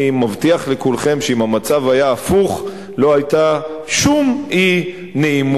אני מבטיח לכולכם שאם המצב היה הפוך לא היתה שום אי-נעימות.